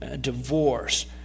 divorce